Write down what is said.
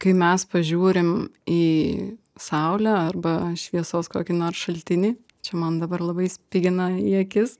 kai mes pažiūrim į saulę arba šviesos kokį nors šaltinį čia man dabar labai spigina į akis